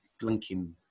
blinking